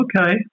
okay